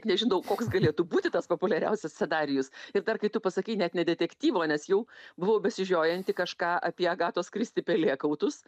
nežinau koks galėtų būti tas populiariausias scenarijus ir dar kai tu pasakei net ne detektyvo nes jau buvau besižiojanti kažką apie agatos kristi pelėkautus